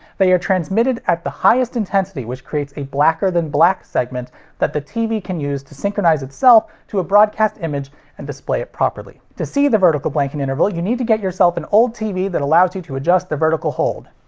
they are transmitted at the highest intensity which creates a blacker than black segment that the tv can use to synchronize itself to a broadcast image and display it properly. to see the vertical blanking interval, you need to get yourself an old tv that allows you to adjust the vertical hold.